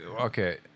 Okay